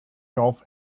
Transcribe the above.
gulf